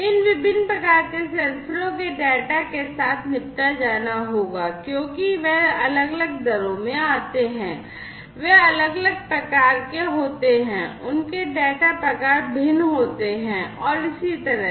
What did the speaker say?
इन विभिन्न प्रकार के सेंसरों के डेटा के साथ निपटा जाना होगा क्योंकि वे अलग अलग दरों में आते हैं वे अलग अलग प्रकार के होते हैं उनके डेटा प्रकार भिन्न होते हैं और इसी तरह